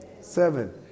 Seven